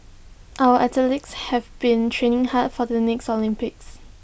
our athletes have been training hard for the next Olympics